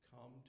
come